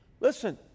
Listen